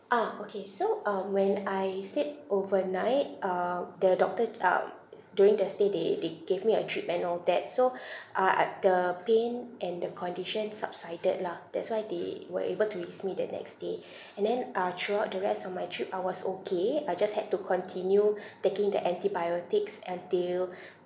ah okay so um when I stayed overnight um the doctor um during the stay they they gave me a drip and all that so uh I the pain and the condition subsided lah that's why they were able to release me the next day and then uh throughout the rest of my trip I was okay I just had to continue taking the antibiotics until